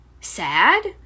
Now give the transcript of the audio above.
sad